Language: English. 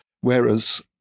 whereas